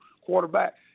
quarterback